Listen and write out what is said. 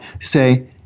say